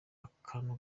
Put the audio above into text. akantu